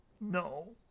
No